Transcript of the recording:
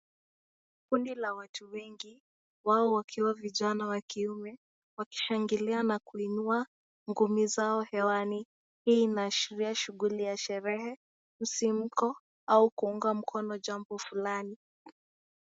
Kundi la watu wengi wao wakiwa vijana wakiume, wakishangilia na kuinua ngumi zao hewani hii inaashiria shughuli ya sherehe msimko au kuunga mkono jambo fulani.